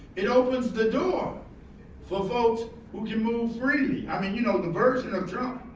it opens the door for folks who can move freely. i mean, you know the version of trump,